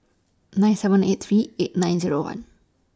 nine seven eight three eight nine Zero one